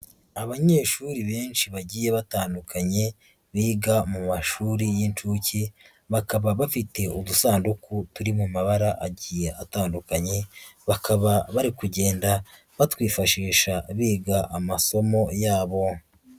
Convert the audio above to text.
Abanyeshuri benshi bagiye batandukanye, biga mu mashuri y'incuke. Bakaba bafite udusanduku turi mu mabara agiye atandukanye, bakaba bari kugenda, batwifashisha biga amasomo yabo.